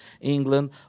England